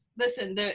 Listen